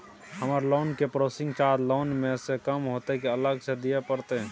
हमर लोन के processing charge loan म स कम होतै की अलग स दिए परतै?